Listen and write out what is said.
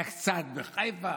היה קצת בחיפה,